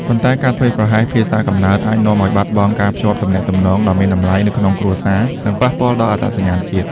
ប៉ុន្តែការធ្វេសប្រហែសភាសាកំណើតអាចនាំឱ្យបាត់បង់ការភ្ជាប់ទំនាក់ទំនងដ៏មានតម្លៃនៅក្នុងគ្រួសារ និងប៉ះពាល់ដល់អត្តសញ្ញាណជាតិ។